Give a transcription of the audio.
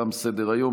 תם סדר-היום.